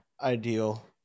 ideal